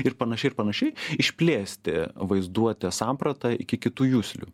ir panašiai ir panašiai išplėsti vaizduotės sampratą iki kitų juslių